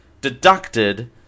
deducted